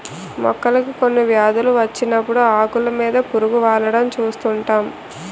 మొక్కలకి కొన్ని వ్యాధులు వచ్చినప్పుడు ఆకులు మీద పురుగు వాలడం చూస్తుంటాం